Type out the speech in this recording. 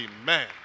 Amen